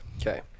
Okay